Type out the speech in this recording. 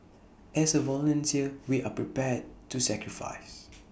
as A volunteer we are prepared to sacrifice